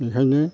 ओंखायनो